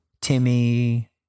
Timmy